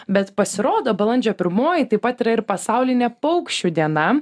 bet pasirodo balandžio pirmoji taip pat yra ir pasaulinė paukščių diena